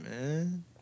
man